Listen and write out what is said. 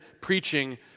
preaching